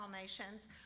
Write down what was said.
nations